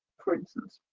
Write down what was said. for instance.